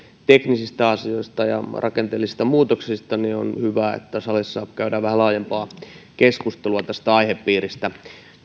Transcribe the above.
teknisistä asioista ja rakenteellisista muutoksista niin on hyvä että salissa käydään vähän laajempaa keskustelua tästä aihepiiristä